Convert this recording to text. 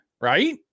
right